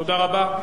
תודה רבה.